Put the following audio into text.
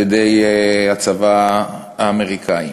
על-ידי הצבא האמריקני.